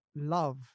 love